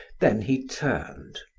then he turned.